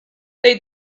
they